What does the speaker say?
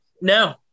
No